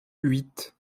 huit